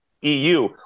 EU